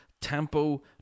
tempo